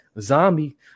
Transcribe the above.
zombie